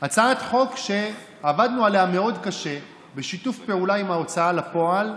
הצעת חוק שעבדנו עליה מאוד קשה בשיתוף פעולה עם ההוצאה לפועל,